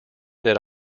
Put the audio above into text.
that